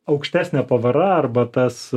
aukštesnė pavara arba tas